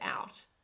out